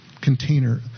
container